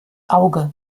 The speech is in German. auge